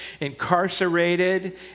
incarcerated